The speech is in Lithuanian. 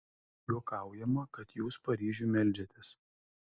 juokaujama kad jūs paryžiui meldžiatės